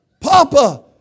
Papa